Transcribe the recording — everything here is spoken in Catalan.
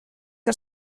que